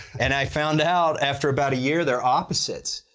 and i found out after about year, they're opposites.